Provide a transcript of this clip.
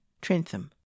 Trentham